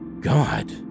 God